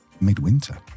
midwinter